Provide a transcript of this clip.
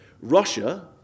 Russia